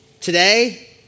today